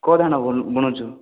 କେଉଁ ଧାନ ବୁ ବୁଣୁଛୁ